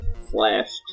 Flashed